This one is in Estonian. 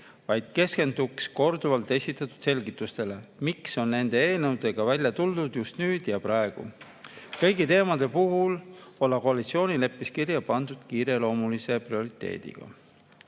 vaid keskendun korduvalt esitatud selgitustele, miks on nende eelnõudega välja tuldud just nüüd ja praegu. Kõigi teemade puhul olla koalitsioonileppes kirja pandud, [et tegemist on] kiireloomulise prioriteediga.